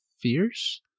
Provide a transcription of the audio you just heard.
fierce